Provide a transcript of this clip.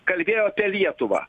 kalbėjo apie lietuvą